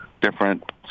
different